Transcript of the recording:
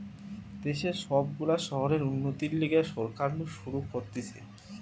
দেশের সব গুলা শহরের উন্নতির লিগে সরকার নু শুরু করতিছে